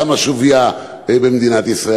מה שווייה במדינת ישראל?